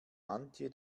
antje